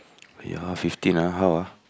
oh ya fifteen ah how ah